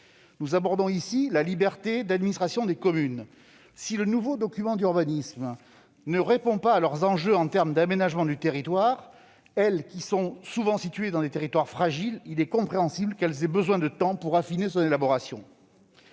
Nous abordons ici la liberté d'administration des communes : si le nouveau document d'urbanisme ne répond pas, en matière d'aménagement du territoire, aux besoins de ces communes souvent situées dans des territoires fragiles, il est compréhensible qu'elles aient besoin de temps pour affiner son élaboration.